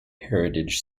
heritage